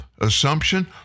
assumption